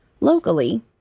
Locally